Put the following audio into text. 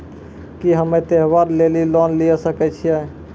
की हम्मय त्योहार लेली लोन लिये सकय छियै?